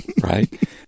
right